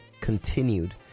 continued